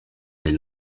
les